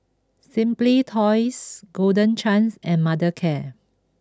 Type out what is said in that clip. Simply Toys Golden Chance and Mothercare